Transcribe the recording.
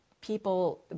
people